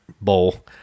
bowl